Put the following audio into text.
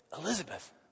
Elizabeth